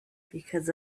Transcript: because